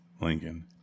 Lincoln